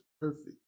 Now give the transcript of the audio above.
perfect